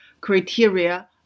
criteria